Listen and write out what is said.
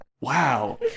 wow